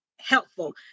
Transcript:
Helpful